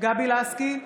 גבי לסקי,